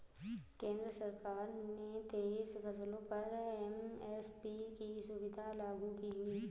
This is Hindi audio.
केंद्र सरकार ने तेईस फसलों पर एम.एस.पी की सुविधा लागू की हुई है